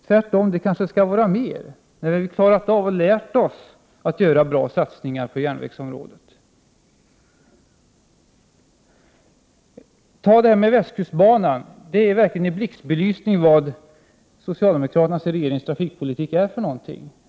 Kanske kan beloppen tvärtom komma att bli större när vi väl lärt oss att göra bra satsningar på järnvägsområdet. Exemplet västkustbanan visar verkligen i blixtbelysning vad socialdemokraternas och regeringens trafikpolitik går ut på.